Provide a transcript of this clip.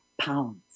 pounds